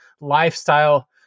lifestyle